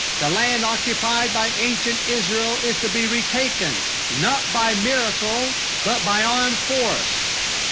the land occupied by ancient israel is to be retaken not by miracle but by armed force.